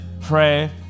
pray